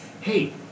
hey